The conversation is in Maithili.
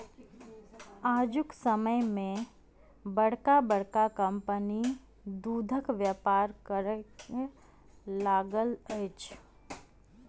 आजुक समय मे बड़का बड़का कम्पनी दूधक व्यापार करय लागल अछि